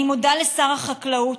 אני מודה לשר החקלאות,